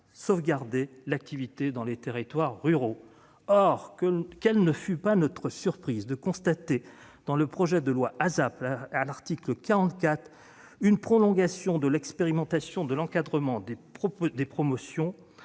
sauvegarder l'activité dans les territoires ruraux. Quelle ne fut pas notre surprise de constater dans le projet de loi ASAP, à l'article 44, une prolongation de l'expérimentation de l'encadrement des promotions